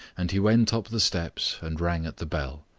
and he went up the steps and rang at the bell.